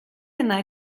yna